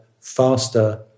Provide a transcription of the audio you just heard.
faster